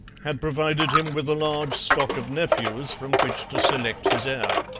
had provided him with a large stock of nephews from which to select his heir.